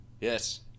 Yes